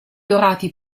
dorati